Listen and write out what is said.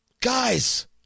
Guys